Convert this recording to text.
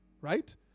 right